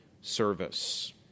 service